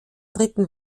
dritten